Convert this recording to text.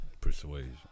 persuasion